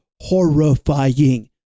horrifying